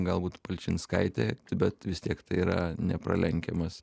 galbūt palčinskaitė bet vis tiek tai yra nepralenkiamas